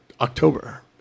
October